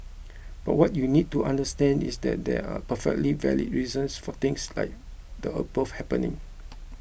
but what you need to understand is that there are perfectly valid reasons for things like the above happening